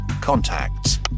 contacts